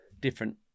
different